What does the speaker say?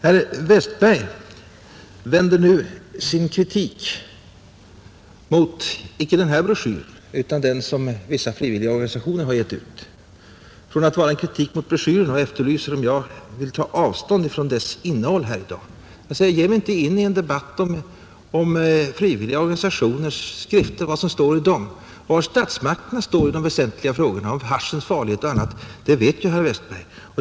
Herr Westberg i Ljusdal vänder nu inte sin kritik mot denna broschyr utan mot den som vissa frivilligorganisationer har givit ut och efterlyser om jag i dag vill ta avstånd från dess innehåll. Men jag ger mig inte in i en debatt om frivilliga organisationers skrifter och vad som står i dem. Men var statsmakterna står i de väsentliga frågorna och om haschens farlighet och annat vet ju herr Westberg.